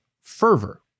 fervor